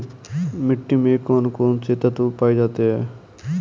मिट्टी में कौन कौन से तत्व पाए जाते हैं?